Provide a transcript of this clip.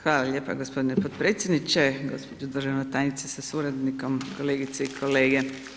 Hvala lijepa gospodine podpredsjedniče, gospođo državna tajnice sa suradnikom, kolegice i kolege.